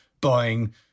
buying